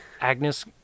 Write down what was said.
Agnes